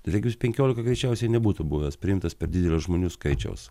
regbis penkiolika greičiausiai nebūtų buvęs priimtas per didelio žmonių skaičiaus